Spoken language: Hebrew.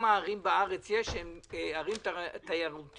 לכן אין מנוס מלייצר תשתית שתסייע למשרדי הממשלה משפטית.